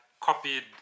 copied